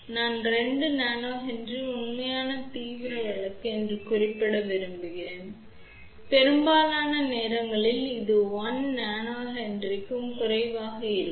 நான் 2 nH உண்மையான தீவிர வழக்கு என்று குறிப்பிட விரும்புகிறேன் பெரும்பாலான நேரங்களில் இது 1 nH க்கும் குறைவாக இருக்கும்